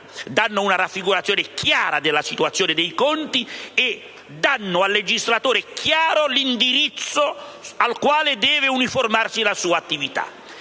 offrono una raffigurazione chiara della situazione dei conti e danno chiaro al legislatore l'indirizzo al quale deve uniformare la sua attività,